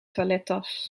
toilettas